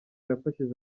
yafashije